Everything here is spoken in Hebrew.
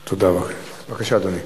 בבקשה, אדוני.